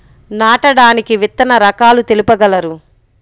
నాటడానికి విత్తన రకాలు తెలుపగలరు?